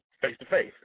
face-to-face